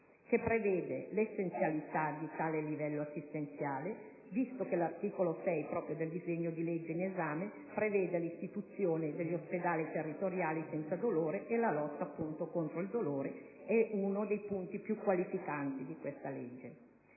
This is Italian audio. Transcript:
che prevede l'essenzialità di tale livello assistenziale, visto che l'articolo 6 del disegno di legge in esame prevede l'istituzione degli ospedali territoriali senza dolore, e la lotta contro il dolore è uno dei punti più qualificanti di questo